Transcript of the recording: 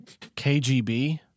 KGB